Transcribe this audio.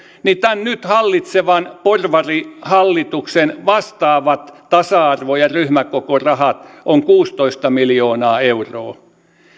niin tämän nyt hallitsevan porvarihallituksen vastaavat tasa arvo ja ryhmäkokorahat ovat kuusitoista miljoonaa euroa